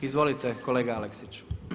Izvolite kolega Aleksić.